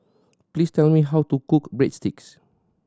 please tell me how to cook Breadsticks